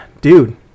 dude